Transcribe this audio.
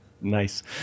Nice